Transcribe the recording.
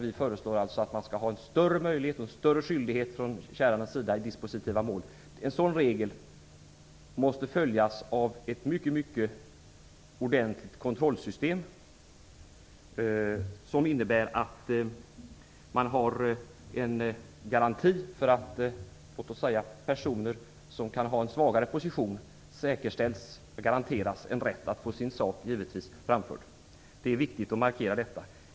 Vi föreslår alltså att man skall ha större möjlighet och större skyldighet från kärandens sida i dispositiva mål, och en sådan regel måste följas av ett mycket ordentligt kontrollsystem, som innebär att man har en garanti för att personer som kan ha en svagare position garanteras en rätt att få sin sak framförd. Det är viktigt att markera detta.